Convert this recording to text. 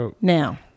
Now